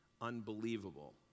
unbelievable